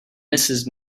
mrs